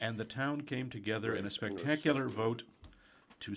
and the town came together in a spectacular vote to